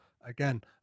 again